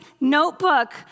notebook